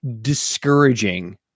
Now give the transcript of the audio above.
discouraging